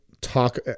talk